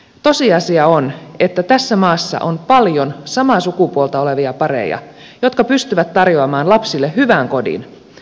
tosiasia on että tässä maassa on paljon samaa sukupuolta olevia pareja jotka pystyvät tarjoamaan lapsille hyvän kodin